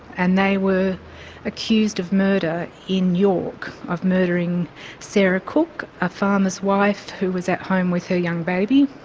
and they were accused of murder in york, of murdering sarah cook, a farmer's wife who was at home with her young baby,